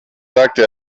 sagte